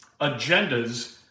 agendas